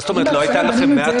מה זאת אומרת, לא הייתה לכם מהתחלה